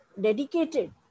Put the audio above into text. dedicated